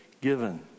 given